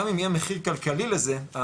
גם אם יהיה מחיר כלכלי לזה,